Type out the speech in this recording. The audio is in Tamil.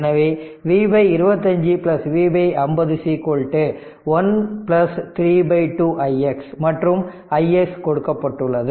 எனவே V 25 V 50 1 3 2 ix மற்றும் ix கொடுக்கப்பட்டுள்ளது